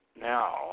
Now